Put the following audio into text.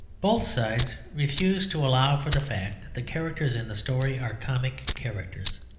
both sides refuse to allow for the fact that the characters in the story are comic characters.